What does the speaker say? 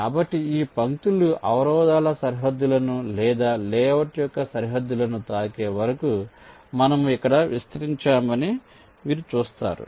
కాబట్టి ఈ పంక్తులు అవరోధాల సరిహద్దులను లేదా లేఅవుట్ యొక్క సరిహద్దులను తాకే వరకు మనము ఇక్కడ విస్తరించామని మీరు చూస్తారు